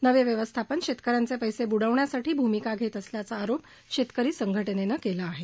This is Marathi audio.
नवे व्यवस्थापन शेतकऱ्यांचे पैसे बुडवण्यासाठी अशी भूमिका घेत असल्याचा आरोप शेतकरी संघटनेनं केला आहे